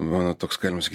mano toks galima sakyt